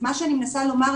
מה שאני מנסה לומר,